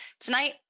Tonight